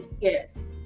yes